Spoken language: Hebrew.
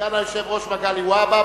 סגן היושב-ראש מגלי והבה.